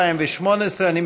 אנחנו